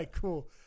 cool